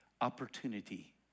opportunity